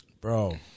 Bro